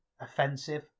offensive